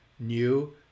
New